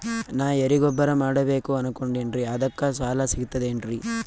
ನಾ ಎರಿಗೊಬ್ಬರ ಮಾಡಬೇಕು ಅನಕೊಂಡಿನ್ರಿ ಅದಕ ಸಾಲಾ ಸಿಗ್ತದೇನ್ರಿ?